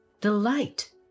delight